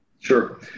Sure